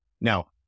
Now